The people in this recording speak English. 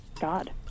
God